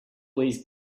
these